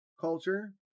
culture